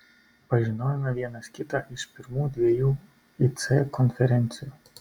pažinojome vienas kitą iš pirmų dviejų ic konferencijų